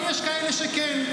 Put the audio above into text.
אבל יש כאלה שכן.